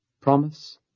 promise